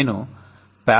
నేను parallel